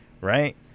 right